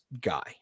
guy